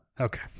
Okay